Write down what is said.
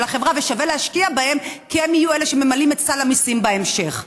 החברה ושווה להשקיע בהם כי הם יהיו אלה שממלאים את סל המיסים בהמשך.